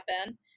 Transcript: happen